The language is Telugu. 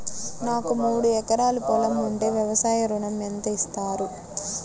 నాకు మూడు ఎకరాలు పొలం ఉంటే వ్యవసాయ ఋణం ఎంత ఇస్తారు?